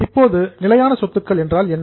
இப்போது நிலையான சொத்துக்கள் என்றால் என்ன